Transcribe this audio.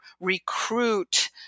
recruit